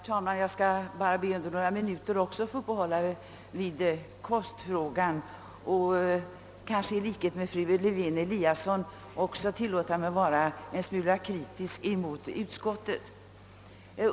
Herr talman! Jag skall be att också under några minuter få uppehålla mig vid kostfrågan, och liksom fru Lewén Eliasson tillåter jag mig att vara litet kritisk mot utskottet.